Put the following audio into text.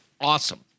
awesome